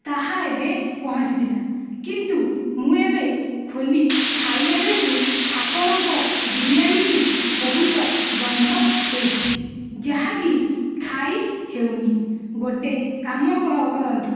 ତାହା ଏବେ ପହଞ୍ଚିଥିଲା କିନ୍ତୁ ମୁଁ ଏବେ ଖୋଲି ଖାଇଲା ବେଳକୁ ଆପଣଙ୍କ ବିରିୟାନୀଟି ବହୁତ ଗନ୍ଧ ହେଉଛି ଯାହାକି ଖାଇହେଉନି ଗୋଟିଏ କାମ କରନ୍ତୁ